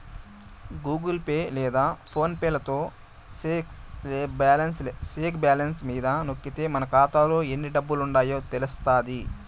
Google Pay లేదా PhonePe లలో check balance మీద నొక్కితే మన కాతాలో ఎన్ని డబ్బులుండాయో తెలస్తాది